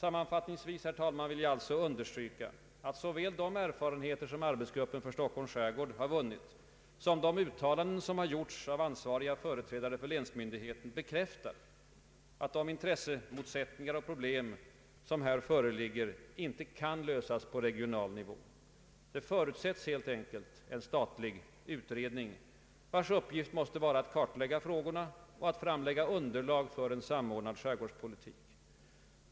Sammanfattningsvis vill jag understryka att både de erfarenheter som arbetsgruppen för Stockholms skärgård vunnit och de uttalanden som gjorts av ansvariga företrädare för länsmyndigheterna bekräftar att de intressemotsättningar och problem som här fö religger inte kan lösas på regional nivå. Det förutsätts helt enkelt en statlig utredning, vars uppgift måste vara att kartlägga frågorna och att framlägga underlag för en samordnad skärgårdspolitik.